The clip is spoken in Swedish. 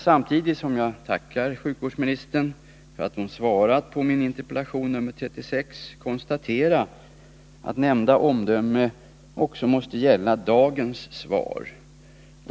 Samtidigt som jag tackar sjukvårdsministern för att hon svarat på min interpellation nr 36 nödgas jag tyvärr konstatera att nämnda omdöme också måste gälla dagens svar.